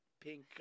pink